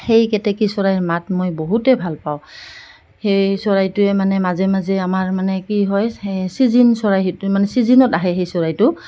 সেই কেতেকী চৰাইৰ মাত মই বহুতেই ভাল পাওঁ সেই চৰাইটোৱে মানে মাজে মাজে আমাৰ মানে কি হয় স ছিজন চৰাই সেইটো মানে ছিজনত আহে সেই চৰাইটো